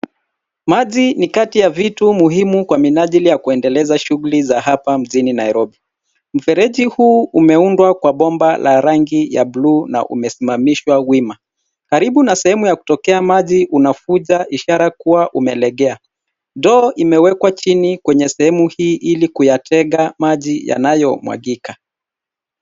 Maji ni kati ya vitu muhimu kwa menajili ya kuendeleza shughuli za hapa mjini Nairobi. Mfereji huu umeundwa kwa bomba la rangi ya bluu na umesimamishwa wima, karibu na sehemu ya kutokea maji unavuja ishara kuwa umelegea, ndoo imewekwa chini kwenye sehemu hii, ili kuyatega maji yanayo mwagika.